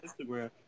Instagram